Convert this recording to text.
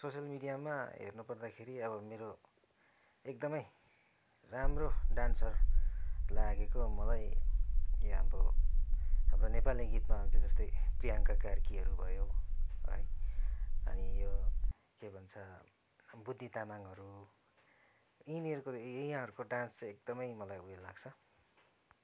social मिडियामा हेर्नु पर्दाखेरि अब मेरो एकदमै राम्रो डान्सर लागेको मलाई अब हाम्रो हाम्रो नेपाली गीतमा जस्तै प्रियङ्का कार्कीहरू भयो है अनि यो के भन्छ बुद्धि तामाङहरू यिनीहरूको यहाँहरूको डान्स चाहिँ मलाई एकदमै उयो लाग्छ